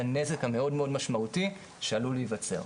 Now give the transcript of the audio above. הנזק המאוד מאוד משמעותי שעלול להיווצר.